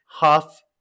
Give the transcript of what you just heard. half